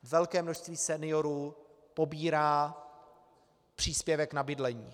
Velké množství seniorů pobírá příspěvek na bydlení.